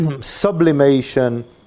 sublimation